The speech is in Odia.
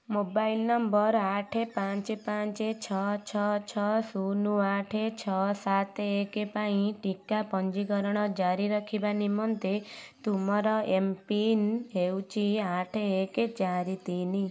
ମୋବାଇଲ ନମ୍ବର ଆଠ ପାଞ୍ଚ ପାଞ୍ଚ ଛଅ ଛଅ ଛଅ ଶୂନ ଆଠ ଛଅ ସାତ ଏକ ପାଇଁ ଟିକା ପଞ୍ଜୀକରଣ ଜାରି ରଖିବା ନିମନ୍ତେ ତୁମର ଏମ୍ ପିନ୍ ହେଉଛି ଆଠ ଏକ ଚାରି ତିନି